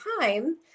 time